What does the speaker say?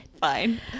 fine